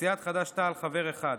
סיעת חד"ש תע"ל: חבר אחד.